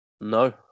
No